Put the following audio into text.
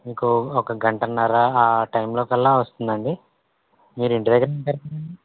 మీకు ఒక గంటన్నర ఆ టైమ్లో కల్లా వస్తుందండి మీరు ఇంటిదగ్గరే ఉంటారు కదండి